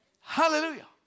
Hallelujah